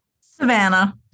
Savannah